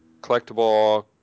Collectible